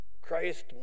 Christ